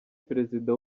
perezida